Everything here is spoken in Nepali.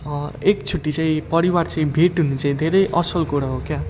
एकचोटि चाहिँ परिवार चाहिँ भेट हुनु चाहिँ धेरै असल कुरा हो क्या